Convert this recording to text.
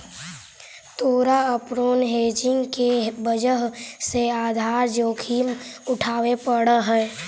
तोरा अपूर्ण हेजिंग के वजह से आधार जोखिम उठावे पड़ सकऽ हवऽ